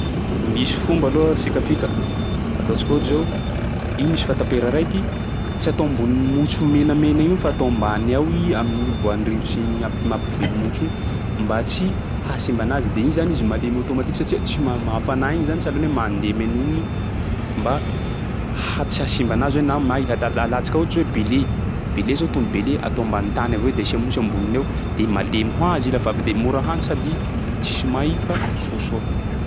Misy fomba aloha, fikafika, ataontsika ohatsy zao iny misy fatapera raiky tsy atao ambony motro menamena igny fa atao ambany ao i amin'igny iboahan'ny rivotry igny amp- mampivelo motro igny mba tsy hahasimba anazy de igny zany izy malemy automatique satsia tsy mam- hafana igny zany sahalan'ny hoe mandemy an'igny mba ha- tsy hahasimba anazy na may, atal- alatsika ohatsy hoe bele, bele zao atao ny bele atao ambany tany avao i de asia motro amboniny eo de malemy hoazy rafa avy de mora hany sady tsisy may fa soasoa.